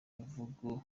imvugo